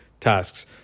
tasks